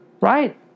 Right